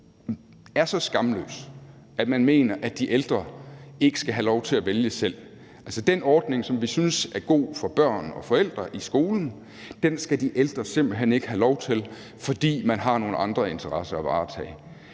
er så skamløs, at man mener, at de ældre ikke skal have lov til at vælge selv. Altså, den ordning, som vi synes er god for børn og forældre i skolen, skal de ældre simpelt hen ikke have lov til at få, fordi man har nogle andre interesser at varetage.